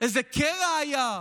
איזה קרע היה?